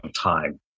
time